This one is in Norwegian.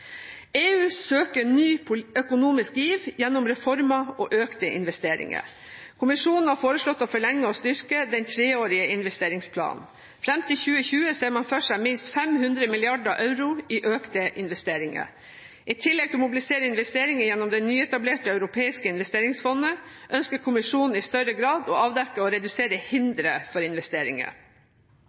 EU søker ny økonomisk giv gjennom reformer og økte investeringer. Kommisjonen har foreslått å forlenge og styrke den treårige investeringsplanen. Fram til 2020 ser man for seg minst 500 mrd. euro i økte investeringer. I tillegg til å mobilisere investeringer gjennom det nyetablerte europeiske investeringsfondet ønsker kommisjonen i større grad å avdekke og redusere hindre for investeringer.